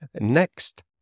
Next